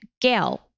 gail